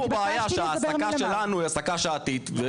יש פה בעיה שההעסקה שלנו היא העסקה שעתית.